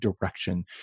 direction